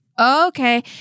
okay